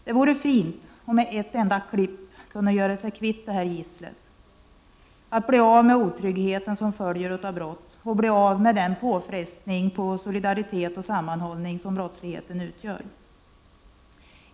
Det vore fint att med ett enda klipp kunna göra sig kvitt detta gissel, bli av med den otrygghet som följer med brott och bli av med den påfrestning på solidariteten och sammanhållningen som brottsligheten utgör.